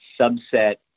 subset